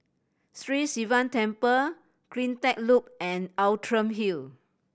Sri Sivan Temple Cleantech Loop and Outram Hill